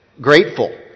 grateful